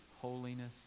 holiness